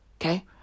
Okay